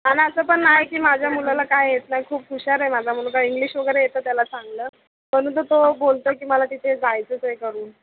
आणि असं पण नाही की माझ्या मुलाला काय येत नाही खूप हुशार आहे माझा मुलगा इंग्लिश वगैरे येतं त्याला चांगलं म्हणून तर तो बोलतो की मला तिथे जायचंच आहे करून